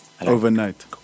overnight